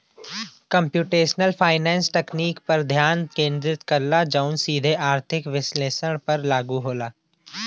computational finance तकनीक पर ध्यान केंद्रित करला जौन सीधे आर्थिक विश्लेषण पर लागू होला